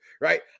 right